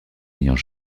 ayant